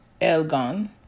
Elgon